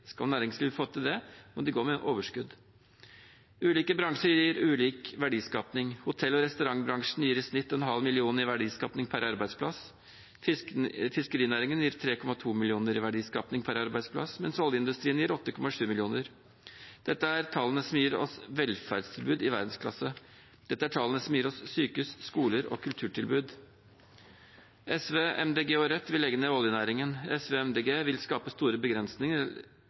Skal næringslivet få til det, må de gå med overskudd. Ulike bransjer gir ulik verdiskaping. Hotell- og restaurantbransjen gir i snitt en halv million i verdiskaping per arbeidsplass. Fiskerinæringen gir 3,2 mill. kr i verdiskaping per arbeidsplass, mens oljeindustrien gir 8,7 mill. kr. Dette er tallene som gir oss velferdstilbud i verdensklasse. Dette er tallene som gir oss sykehus, skoler og kulturtilbud. SV, Miljøpartiet De Grønne og Rødt vil legge ned oljenæringen. SV og Miljøpartiet De Grønne vil skape store begrensninger